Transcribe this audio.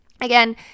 again